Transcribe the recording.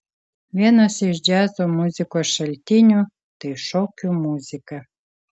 vienas iš džiazo muzikos šaltinių tai šokių muzika